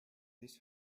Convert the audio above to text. this